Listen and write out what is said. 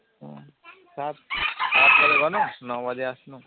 ହୁଁ ସାତ୍ ନୋ ବଜେ ଆସିବା